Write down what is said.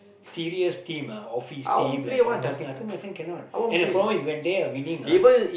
serious team ah office team ah hotel team I told my friend cannot and the problem is when they are winning ah